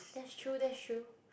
that's true that's true